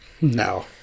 No